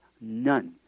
none